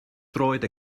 droed